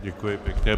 Děkuji pěkně.